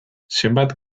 zenbat